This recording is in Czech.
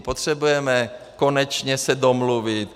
Potřebujeme se konečně domluvit.